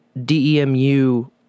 DEMU